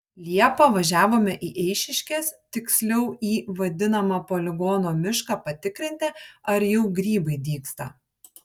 liepą važiavome į eišiškes tiksliau į vadinamą poligono mišką patikrinti ar jau grybai dygsta